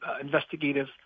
investigative